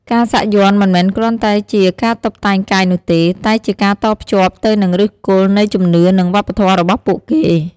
ការសាក់យ័ន្តមិនមែនគ្រាន់តែជាការតុបតែងកាយនោះទេ តែជាការតភ្ជាប់ទៅនឹងឫសគល់នៃជំនឿ និងវប្បធម៌របស់ពួកគេ។